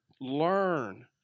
learn